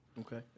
Okay